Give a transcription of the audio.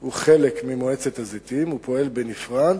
הוא חלק ממועצת הזיתים, ופועל בנפרד.